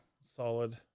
Solid